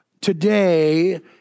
today